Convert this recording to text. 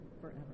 forever